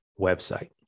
website